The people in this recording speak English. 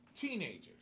teenagers